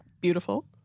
beautiful